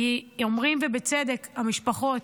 אומרות, ובצדק, המשפחות: